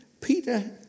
Peter